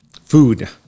food